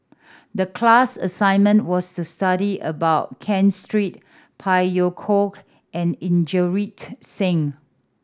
the class assignment was to study about Ken Street Phey Yew Kok and Inderjit Singh